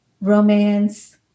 romance